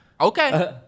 Okay